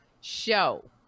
show